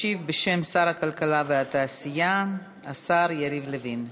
ישיב, בשם שר הכלכלה והתעשייה, השר יריב לוין.